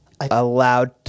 allowed